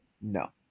No